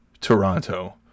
Toronto